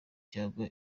cyangwa